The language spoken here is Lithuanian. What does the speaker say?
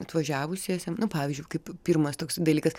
atvažiavusiesiem nu pavyzdžiui kaip pirmas toks dalykas